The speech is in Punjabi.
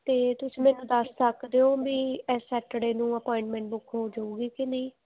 ਅਤੇ ਤੁਸੀਂ ਮੈਨੂੰ ਦੱਸ ਸਕਦੇ ਹੋ ਵੀ ਇਸ ਸੈਟਰਡੇ ਨੂੰ ਅਪੋਆਇੰਟਮੈਂਟ ਬੁੱਕ ਹੋ ਜਾਵੇਗੀ ਕਿ ਨਹੀਂ